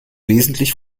wesentlich